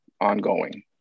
ongoing